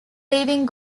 leaving